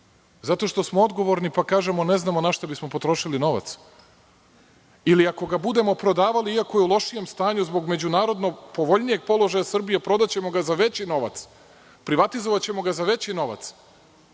Zato što smo odgovorni, pa kažemo ne znamo na šta bismo potrošili novac ili ako ga budemo prodavali iako je u lošijem stanju zbog međunarodnog povoljnijeg položaja Srbije prodaćemo ga za veći novac, privatizovaćemo ga za veći novac